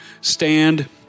stand